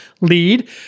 lead